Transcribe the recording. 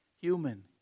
human